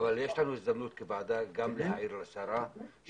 אבל יש לנו הזדמנות, כוועדה, גם להעיר לשרה שבהרכב